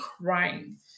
crying